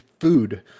food